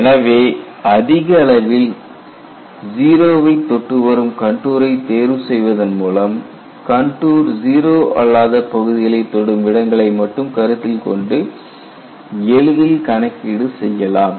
எனவே அதிக அளவில் 0 வை தொட்டு வரும் கண்டூரை தேர்வு செய்வதன் மூலம் கண்டூர் 0 அல்லாத பகுதிகளை தொடும் இடங்களை மட்டும் கருத்தில் கொண்டு எளிதில் கணக்கீடு செய்யலாம்